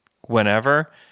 whenever